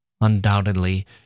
Undoubtedly